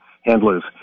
handlers